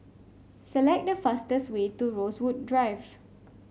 select the fastest way to Rosewood Grove